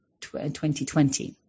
2020